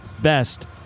best